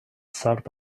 sort